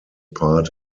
part